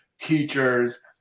teachers